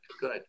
good